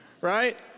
right